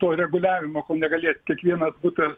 to reguliavimo kol negalės kiekvienas butas